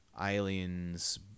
aliens